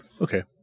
Okay